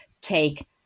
take